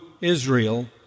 Israel